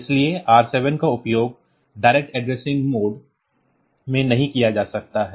इसलिए R7 का उपयोग डायरेक्ट एड्रेसिंग मोड में नहीं किया जा सकता है